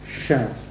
shout